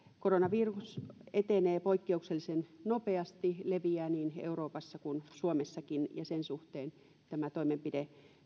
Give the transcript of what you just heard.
koronavirus etenee poikkeuksellisen nopeasti leviää niin euroopassa kuin suomessakin ja sen suhteen tämä toimenpide